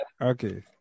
okay